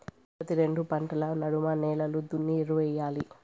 ప్రతి రెండు పంటల నడమ నేలలు దున్ని ఎరువెయ్యాలి